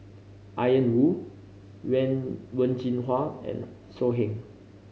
Ian Woo Wen Jinhua and So Heng